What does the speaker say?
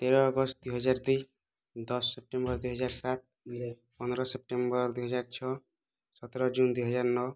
ତେର ଅଗଷ୍ଟ ଦୁଇ ହଜାର ଦୁଇ ଦଶ ସେପ୍ଟେମ୍ବର ଦୁଇ ହଜାର ସାତ ପନ୍ଦର ସେପ୍ଟେମ୍ବର ଦୁଇ ହଜାର ଛଅ ସତର ଜୁନ୍ ଦୁଇ ହଜାର ନଅ